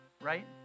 Right